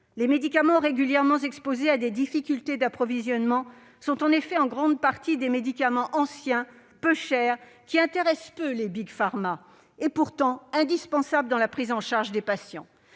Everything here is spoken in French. les médicaments régulièrement exposés à des difficultés d'approvisionnement sont en grande partie des médicaments anciens, peu chers, qui intéressent peu les Big Pharma, et qui sont pourtant indispensables dans la prise en charge des patients.